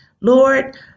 Lord